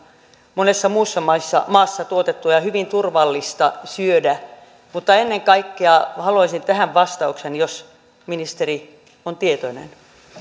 monessa muussa maassa tuotettu ja hyvin turvallista syödä mutta ennen kaikkea haluaisin tähän vastauksen jos ministeri on tietoinen